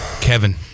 kevin